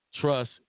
trust